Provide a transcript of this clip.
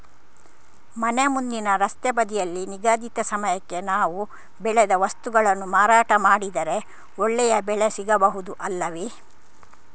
ಮನೆ ಮುಂದಿನ ರಸ್ತೆ ಬದಿಯಲ್ಲಿ ನಿಗದಿತ ಸಮಯಕ್ಕೆ ನಾವು ಬೆಳೆದ ವಸ್ತುಗಳನ್ನು ಮಾರಾಟ ಮಾಡಿದರೆ ಒಳ್ಳೆಯ ಬೆಲೆ ಸಿಗಬಹುದು ಅಲ್ಲವೇ?